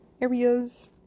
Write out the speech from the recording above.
areas